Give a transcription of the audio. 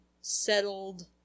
settled